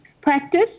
Practice